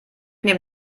neben